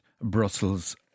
Brussels